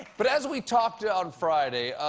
but as we talked yeah on friday,